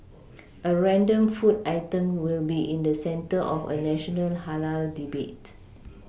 a random food item will be in the centre of a national halal debate